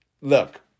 look